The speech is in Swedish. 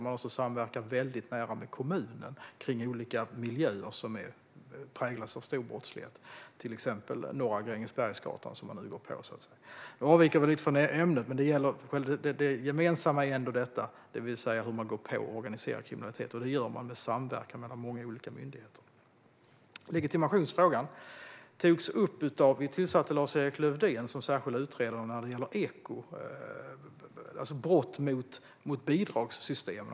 Man samverkar väldigt nära med kommunen kring olika miljöer som präglas av stor brottslighet, till exempel Norra Grängesbergsgatan, som man nu går på. Nu avviker jag lite från ämnet, men det gemensamma är hur man går på organiserad kriminalitet, och det gör man genom samverkan mellan många olika myndigheter. Legitimationsfrågan togs upp. Vi tillsatte Lars-Erik Lövdén som särskild utredare av brott mot bidragssystemen.